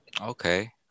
Okay